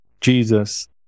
Jesus